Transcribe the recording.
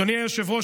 אדוני היושב-ראש,